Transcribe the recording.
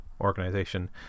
organization